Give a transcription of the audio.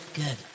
good